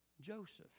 Joseph